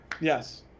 Yes